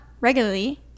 regularly